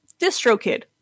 DistroKid